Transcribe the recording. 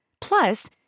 Plus